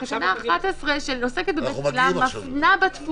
תקנה 11 שעוסקת בבית תפילה מפנה -- אנחנו מגיעים עכשיו לזה.